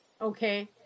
Okay